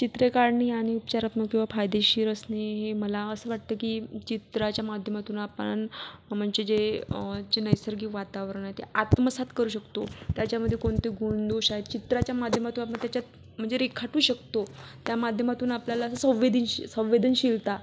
चित्रे काळणे आणि उपचारात्मक किंवा फायदेशीर असणे हे मला असं वाटतं की चित्राच्या माध्यमातून आपण म्हणजे जे जे नैसर्गिक वातावरण आहे ते आत्मसात करू शकतो त्याच्यामधे कोणते गुणदोष आहेत चित्राच्या माध्यमातून आपण त्याच्यात म्हणजे रेखाटू शकतो त्या माध्यमातून आपल्याला संवेदीनशी संवेदनशीलता